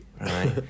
right